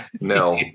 No